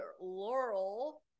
Laurel